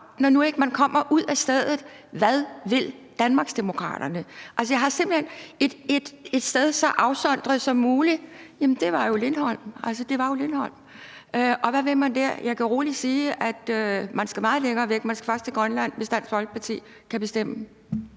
når man nu ikke kommer ud af stedet: Hvad vil Danmarksdemokraterne? Man siger, at det skal være et sted så afsondret som muligt. Jamen det var jo Lindholm. Altså, det var jo Lindholm, og hvad vil man der? Jeg kan roligt sige, at man skal meget længere væk. Man skal faktisk til Grønland, hvis Dansk Folkeparti kan bestemme.